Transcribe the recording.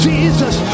Jesus